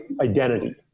identity